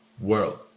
world